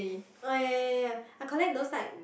oh ya ya ya ya I collect those like